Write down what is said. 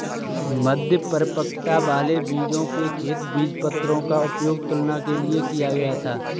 मध्य परिपक्वता वाले बीजों के खेत बीजपत्रों का उपयोग तुलना के लिए किया गया था